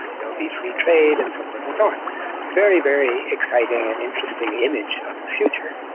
there will be free trade, and so forth, and so and very very exciting, and interesting image of the future.